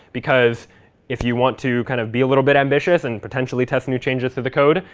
because if you want to kind of be a little bit ambitious and potentially test new changes to the code,